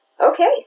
Okay